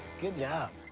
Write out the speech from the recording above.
good job!